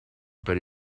but